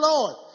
Lord